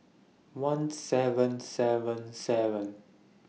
one seven seven seven